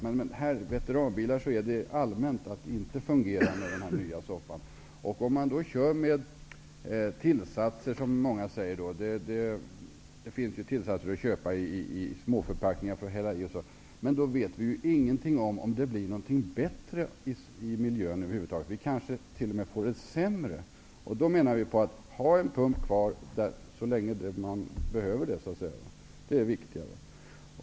Men det är allmänt känt att den nya soppan inte fungerar för veteranbilar. Man kan använda tillsatser. Det finns tillsatser att köpa i småförpackningar. Men vi vet inte om det blir bättre i miljön. Vi kanske t.o.m. får en sämre miljö. Vi i Ny demokrati menar att man skall ha en pump kvar så länge det behövs. Det är det viktiga.